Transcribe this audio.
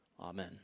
amen